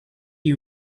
you